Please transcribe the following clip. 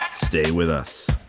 stay with us